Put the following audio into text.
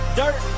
dirt